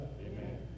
Amen